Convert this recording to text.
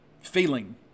feeling